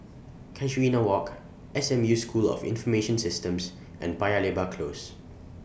Casuarina Walk S M U School of Information Systems and Paya Lebar Close